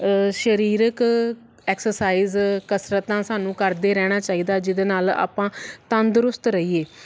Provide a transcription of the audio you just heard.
ਸਰੀਰਕ ਐਕਸਰਸਾਈਜ਼ ਕਸਰਤਾਂ ਸਾਨੂੰ ਕਰਦੇ ਰਹਿਣਾ ਚਾਹੀਦਾ ਜਿਹਦੇ ਨਾਲ ਆਪਾਂ ਤੰਦਰੁਸਤ ਰਹੀਏ